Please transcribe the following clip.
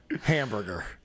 Hamburger